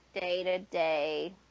day-to-day